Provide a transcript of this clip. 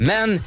Men